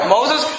Moses